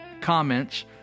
comments